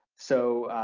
so